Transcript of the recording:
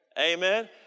Amen